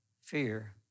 Fear